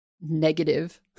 negative